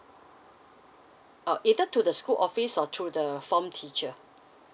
oh either through the school office or through the form teacher